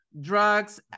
drugs